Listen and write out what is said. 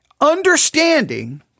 Understanding